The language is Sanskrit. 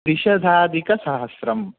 त्रिशताधिकसहस्रं